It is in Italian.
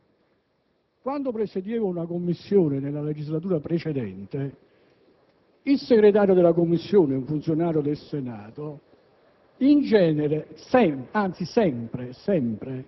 Proprio perché avremo anche una sollecitazione dall'Unione Europea a intervenire su questo tema, è meglio attendere quel momento e svolgere una riflessione più approfondita per ottenere,